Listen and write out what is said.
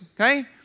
okay